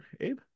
Abe